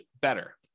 better